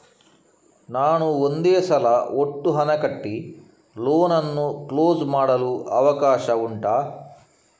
ನಾನು ಒಂದೇ ಸಲ ಒಟ್ಟು ಹಣ ಕಟ್ಟಿ ಲೋನ್ ಅನ್ನು ಕ್ಲೋಸ್ ಮಾಡಲು ಅವಕಾಶ ಉಂಟಾ